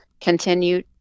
continue